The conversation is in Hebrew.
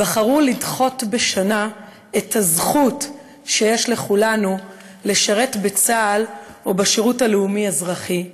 בחרו לדחות בשנה את הזכות שיש לכולנו לשרת בצה"ל או בשירות לאומי-אזרחי,